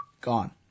gone